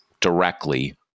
directly